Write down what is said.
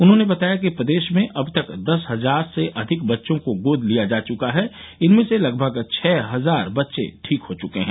उन्होंने बताया कि प्रदेश में अब तक दस हजार से अधिक बच्चों को गोद लिया जा चुका है इनमें से लगभग छः हजार बच्चे ठीक हो चुके हैं